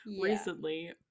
recently